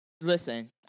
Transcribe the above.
Listen